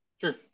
Sure